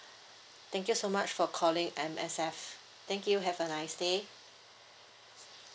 thank you so much for calling M_S_F thank you have a nice day